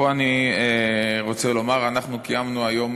פה אני רוצה לומר: אנחנו קיימנו היום,